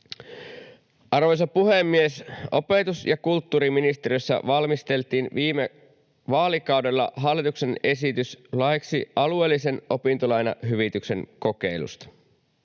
Arvoisa puhemies! Opetus- ja kulttuuriministeriössä valmisteltiin viime vaalikaudella hallituksen esitys laiksi alueellisen opintolainahyvityksen kokeilusta.